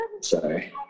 sorry